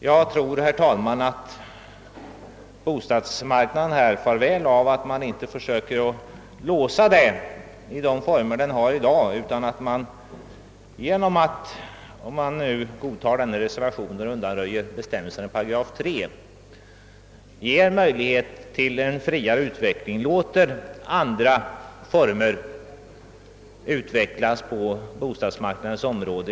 Jag tror att det vore bra för bostads marknaden, om man inte försökte låsa den i de former den har i dag utan att man genom att godta reservationen och slopa bestämmelserna i 3 § skulle bereda möjlighet till en friare utveckling och till att andra former skulle kunna utvecklas på bostadsmarknaden.